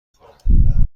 بخورم